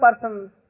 person